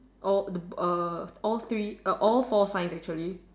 or err all three err all four five actually